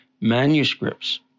manuscripts